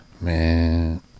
Man